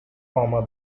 former